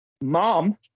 mom